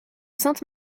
sainte